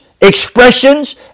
expressions